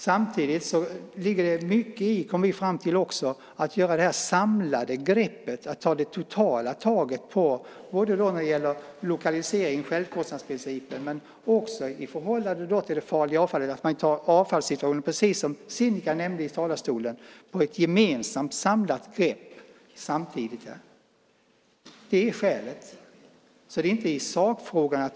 Samtidigt ligger det mycket i att göra ett samlat grepp när det gäller lokaliserings och självkostnadsprincipen men också det farliga avfallet och att man, som Sinikka nämnde, tar ett gemensamt samlat grepp över avfallssituationen. Det är skälet.